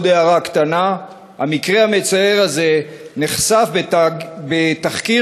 עוד הערה קטנה: המקרה המצער הזה נחשף בתחקיר